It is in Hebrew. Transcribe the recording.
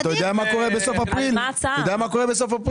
אתה יודע מה קורה בסוף אפריל?